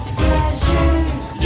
pleasures